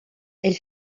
elle